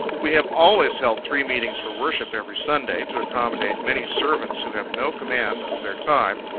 we have always held three meetings for worship every sunday, to accommodate many servants, who have no command of their time,